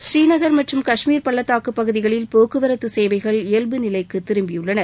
ஸ்ரீநக் மற்றும் காஷ்மீர் பள்ளத்தாக்கு பகுதிகளில் போக்குவரத்து சேவைகள் இயல்பு நிலைக்கு திரும்பியுள்ளன